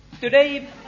Today